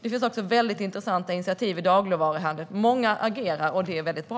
Det finns också många intressanta initiativ i dagligvaruhandeln. Många agerar, och det är bra.